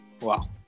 Wow